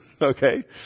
Okay